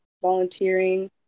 volunteering